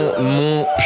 mon